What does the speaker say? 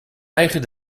eigen